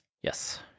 Yes